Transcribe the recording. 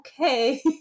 okay